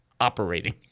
operating